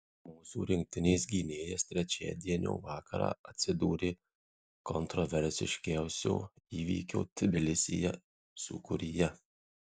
mūsų rinktinės gynėjas trečiadienio vakarą atsidūrė kontroversiškiausio įvykio tbilisyje sūkuryje